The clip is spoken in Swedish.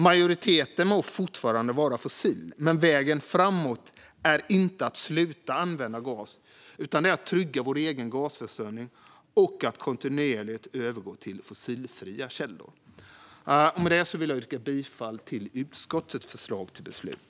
Majoriteten må fortfarande vara fossil, men vägen framåt är inte att sluta använda gas utan att trygga vår egen gasförsörjning och att kontinuerligt övergå till fossilfria källor. Med detta vill jag yrka bifall till utskottets förslag till beslut.